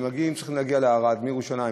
צריכים להגיע לערד מירושלים,